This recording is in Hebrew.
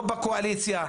לא בקואליציה,